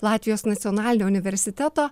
latvijos nacionalinio universiteto